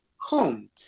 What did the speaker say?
home